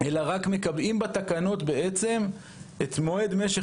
לא רק מקבעים בתקנות בעצם את מועד משך